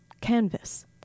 Canvas